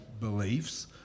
beliefs